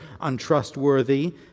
untrustworthy